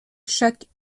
chaque